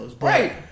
Right